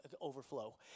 overflow